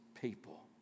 people